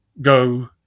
go